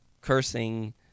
cursing